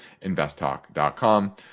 investtalk.com